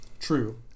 True